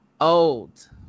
old